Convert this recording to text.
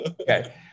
Okay